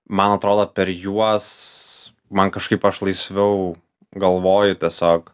man atrodo per juos man kažkaip aš laisviau galvoju tiesiog